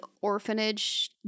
orphanage